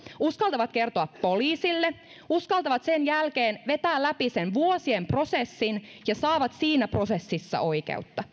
uskaltavat kertoa poliisille uskaltavat sen jälkeen vetää läpi sen vuosien prosessin ja saavat siinä prosessissa oikeutta